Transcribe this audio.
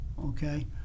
Okay